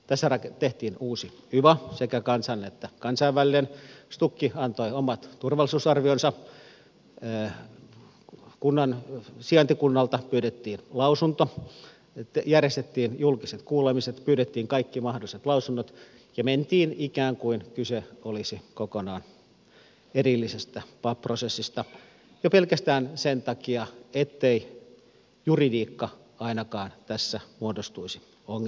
tässä tehtiin uusi yva sekä kansallinen että kansainvälinen stuk antoi omat turvallisuusarvionsa sijaintikunnalta pyydettiin lausunto järjestettiin julkiset kuulemiset pyydettiin kaikki mahdolliset lausunnot ja mentiin ikään kuin kyse olisi kokonaan erillisestä pap prosessista jo pelkästään sen takia ettei juridiikka ainakaan tässä muodostuisi ongelmaksi